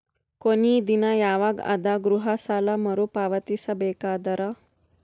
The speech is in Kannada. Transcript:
ಕೊನಿ ದಿನ ಯವಾಗ ಅದ ಗೃಹ ಸಾಲ ಮರು ಪಾವತಿಸಬೇಕಾದರ?